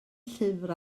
llyfr